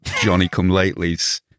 Johnny-come-latelys